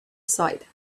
side